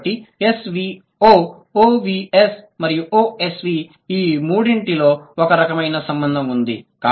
కాబట్టి SVO OVS మరియు OSV ఈ మూడింటిలో ఒకరకమైన సంబంధం ఉంది